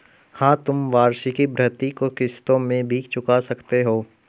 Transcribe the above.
हाँ, तुम वार्षिकी भृति को किश्तों में भी चुका सकते हो